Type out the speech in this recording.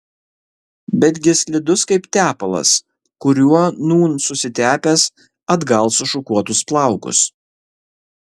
betgi slidus kaip tepalas kuriuo nūn susitepęs atgal sušukuotus plaukus